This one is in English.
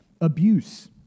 Abuse